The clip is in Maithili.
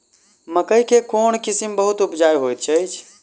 मकई केँ कोण किसिम बहुत उपजाउ होए तऽ अछि?